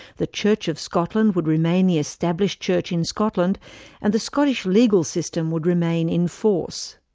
the church of scotland would remain the established church in scotland and the scottish legal system would remain in force.